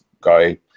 guy